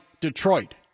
Detroit